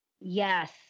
Yes